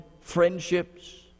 friendships